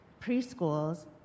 preschools